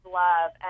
love